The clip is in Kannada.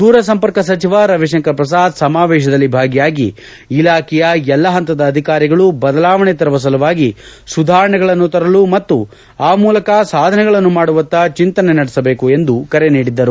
ದೂರಸಂಪರ್ಕ ಸಚಿವ ರವಿಶಂಕರ್ ಪ್ರಸಾದ್ ಸಮಾವೇಶದಲ್ಲಿ ಭಾಗಿಯಾಗಿ ಇಲಾಖೆಯ ಎಲ್ಲ ಹಂತದ ಅಧಿಕಾರಿಗಳು ಬದಲಾವಣೆ ತರುವ ಸಲುವಾಗಿ ಸುಧಾರಣೆಗಳನ್ನು ತರಲು ಮತ್ತು ಆ ಮೂಲಕ ಸಾಧನೆಗಳನ್ನು ಮಾಡುವತ್ತ ಚಿಂತನೆ ನಡೆಸಬೇಕು ಎಂದು ಕರೆ ನೀಡಿದ್ದರು